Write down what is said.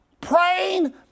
praying